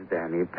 Danny